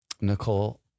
Nicole